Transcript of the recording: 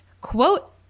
quote